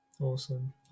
Awesome